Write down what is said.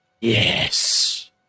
Yes